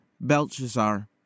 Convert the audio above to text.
Belshazzar